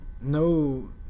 no